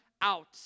out